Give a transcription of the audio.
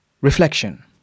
Reflection